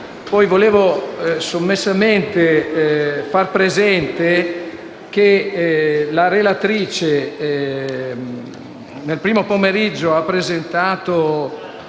vorrei sommessamente far presente che la relatrice nel primo pomeriggio ha presentato